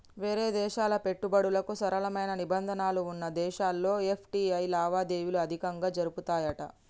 వేరే దేశాల పెట్టుబడులకు సరళమైన నిబంధనలు వున్న దేశాల్లో ఎఫ్.టి.ఐ లావాదేవీలు అధికంగా జరుపుతాయట